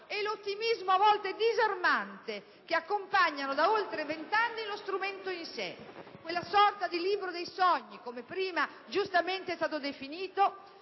e l'ottimismo a volte disarmante che accompagnano da oltre 20 anni lo strumento in sé: quella sorta di libro dei sogni, come prima giustamente è stato definito